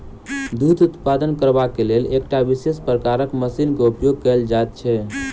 दूध उत्पादन करबाक लेल एकटा विशेष प्रकारक मशीन के उपयोग कयल जाइत छै